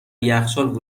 یخچال